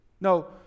No